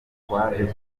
twaje